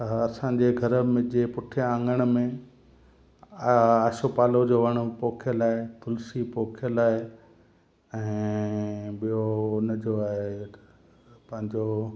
हा असांजे घर में जे पुठिया आंगण में हा आसो पालो जो वणु पोखियल आहे तुलसी पोखियल आहे ऐं ॿियो हुन जो आहे पंहिंजो